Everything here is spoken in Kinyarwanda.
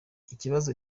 ikibazo